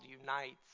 unites